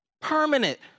permanent